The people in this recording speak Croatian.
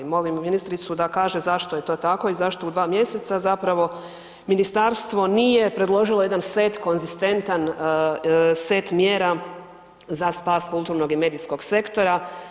Molim ministricu da kaže zašto je to tako i zašto u dva mjeseca zapravo ministarstvo nije predložilo jedan set, konzistentan set mjera za spas kulturnog i medijskog sektora.